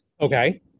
okay